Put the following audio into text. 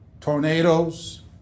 tornadoes